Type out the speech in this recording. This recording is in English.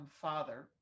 father